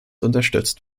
unterstützt